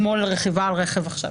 כמו לרכיבה על רכב עכשיו.